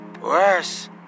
Worse